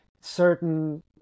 certain